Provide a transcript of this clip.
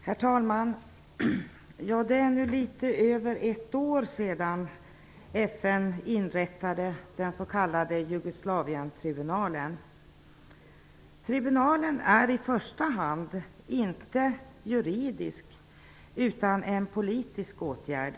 Herr talman! Det är nu litet över ett år sedan FN Inrättandet var inte i första hand en juridisk utan en politisk åtgärd.